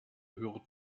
hürden